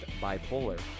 bipolar